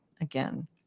again